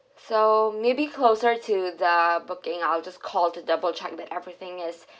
so maybe closer to the booking I'll just call to double check that everything is